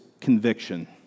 conviction